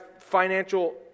financial